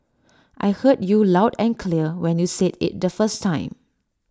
I heard you loud and clear when you said IT the first time